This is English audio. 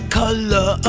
color